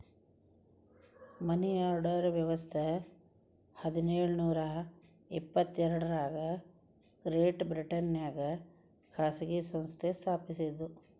ಮನಿ order ವ್ಯವಸ್ಥ ಹದಿನೇಳು ನೂರ ಎಪ್ಪತ್ ಎರಡರಾಗ ಗ್ರೇಟ್ ಬ್ರಿಟನ್ನ್ಯಾಗ ಖಾಸಗಿ ಸಂಸ್ಥೆ ಸ್ಥಾಪಸಿದ್ದು